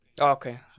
okay